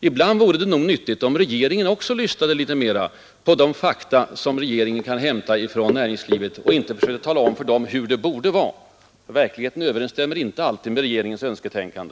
Ibland vore det nog nyttigt om också regeringen lyssnade litet mera på fakta som regeringen kan hämta från näringslivet och inte försökte tala om för näringslivet hur det borde vara. Verkligheten överensstämmer inte alltid med regeringens önsketänkande.